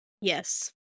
Yes